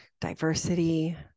diversity